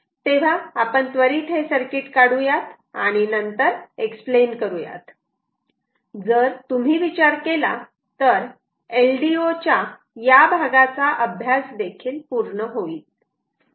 तेव्हा आपण त्वरित हे सर्किट काढूयात आणि नंतर एक्सप्लेन करूयात जर तुम्ही विचार केला तर LDO च्या या भागाचा अभ्यास देखील पूर्ण होईल